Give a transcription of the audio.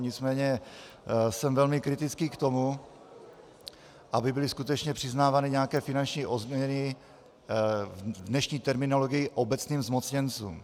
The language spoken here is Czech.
Nicméně jsem velmi kritický k tomu, aby byly skutečně přiznávány nějaké finanční odměny v dnešní terminologii obecným zmocněncům.